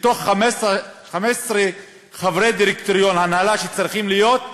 מ-15 חברי דירקטוריון הנהלה שצריכים להיות,